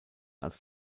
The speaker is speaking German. als